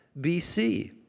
BC